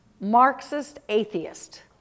Marxist-Atheist